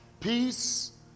peace